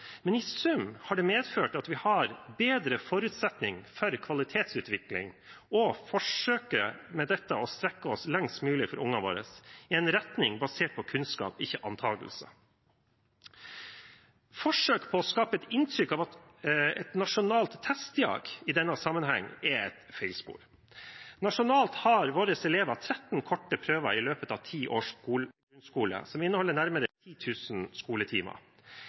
men i sum har det medført at vi har bedre forutsetning for kvalitetsutvikling, og vi forsøker med dette å strekke oss lengst mulig for ungene våre i en retning basert på kunnskap, ikke antakelser. Forsøk på å skape et inntrykk av et nasjonalt testjag i denne sammenhengen, er et feilspor. Nasjonalt har våre elever 13 korte prøver i løpet av ti års skole, som inneholder nærmere 10 000 skoletimer.